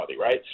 right